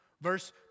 Verse